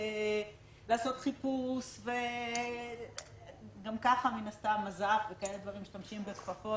לעשות חיפוש גם ככה מז"פ משתמשים בכפפות